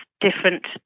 different